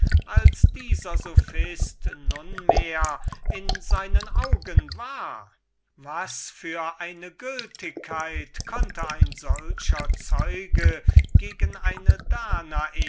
als dieser sophist nunmehr in seinen augen war was für eine gültigkeit konnte ein solcher zeuge gegen eine danae